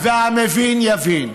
והמבין יבין.